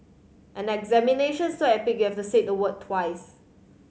an examination so epic you have to say the word twice